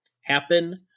happen